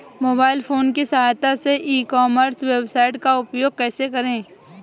Mobile phone की सहायता से ई कॉमर्स वेबसाइट का उपयोग कैसे करें?